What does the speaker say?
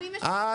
טוב.